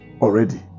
already